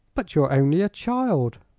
but you're only a child!